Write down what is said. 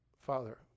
Father